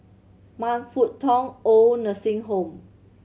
Man Fut Tong OId Nursing Home